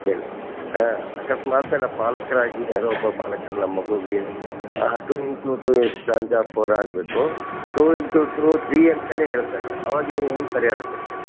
ಹೇಳಿರಿ ಹಾಂ ಅಕಸ್ಮಾತ್ ಏನಪ್ಪ ಪಾಲಕರಾಗಿ ಈಗ ಯಾರೊಬ್ಬ ಪಾಲಕರು ನಮ್ಮ ಮಗುಗೆ ಟು ಇಂಟು ಟು ಎಷ್ಟು ಎಂತಪ್ಪ ಫೋರ್ ಆಗಬೇಕು ಟು ಇಂಟು ಟು ತ್ರೀ ಅಂತಲೇ ಹೇಳ್ತಾನೆ ಅವಾ ಅವಾಗ ನೀವು ಹೆಂಗೆ ಪರಿಹಾರ ಕೊಡ್ತೀರಿ